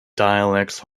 dialects